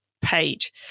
page